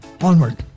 Onward